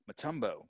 Matumbo